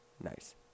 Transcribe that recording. Nice